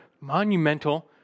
monumental